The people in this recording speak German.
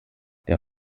der